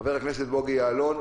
חבר הכנסת בוגי יעלון,